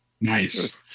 Nice